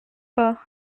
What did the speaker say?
pas